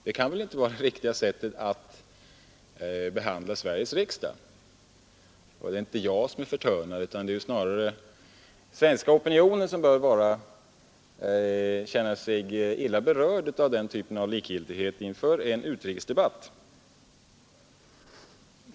Det kan väl inte vara det riktiga sättet att behandla Sveriges riksdag. Det är inte jag som är förtörnad, utan snarare den svenska opinionen som bör känna sig illa berörd av denna typ av likgiltighet inför en utrikesdebatt.